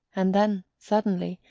and then, suddenly,